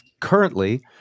currently